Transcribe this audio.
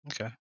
Okay